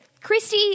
Christy